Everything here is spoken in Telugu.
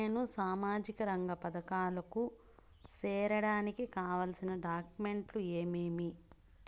నేను సామాజిక రంగ పథకాలకు సేరడానికి కావాల్సిన డాక్యుమెంట్లు ఏమేమీ?